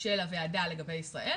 של הוועדה לגבי ישראל